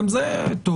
גם זה טוב.